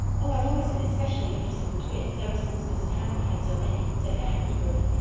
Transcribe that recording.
oh, i've always been especially interested in twins ever since mrs. hammond had so many, said anne eagerly.